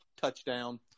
touchdown